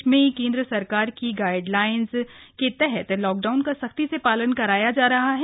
प्रदेश में केन्द्र सरकार की गाइड लाइन्स के तहत लाक डाउन का सख्ती से पालन कराया जा रहा है